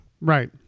Right